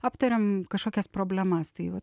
aptariam kažkokias problemas tai va